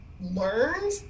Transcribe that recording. learned